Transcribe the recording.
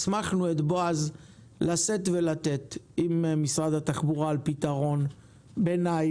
הסמכנו את בועז לשאת ולתת עם משרד התחבורה על פתרון ביניים,